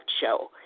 show